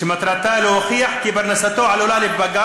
שמטרתה להוכיח כי פרנסתו עלולה להיפגע